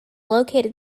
located